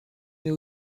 mais